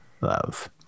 love